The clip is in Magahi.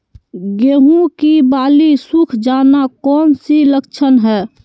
गेंहू की बाली सुख जाना कौन सी लक्षण है?